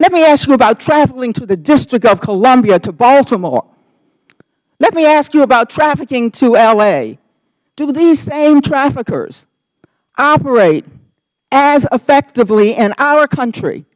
let me ask you about trafficking to the district of columbia to baltimore let me ask you about trafficking to l a do these same traffickers operate as effectively in our country